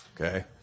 Okay